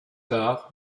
tard